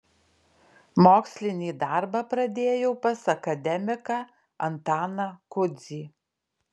mokslinį darbą pradėjau pas akademiką antaną kudzį